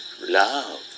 love